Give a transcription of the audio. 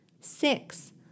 Six